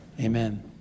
Amen